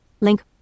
Link